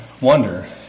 wonder